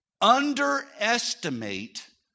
underestimate